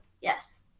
Yes